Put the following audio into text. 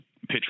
pitch